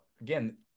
again